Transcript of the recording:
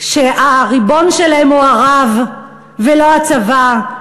שהריבון שלהן הוא הרב ולא הצבא,